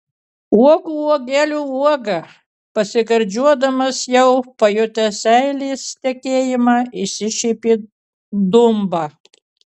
uogų uogelių uoga pasigardžiuodamas jau pajutęs seilės tekėjimą išsišiepė dumba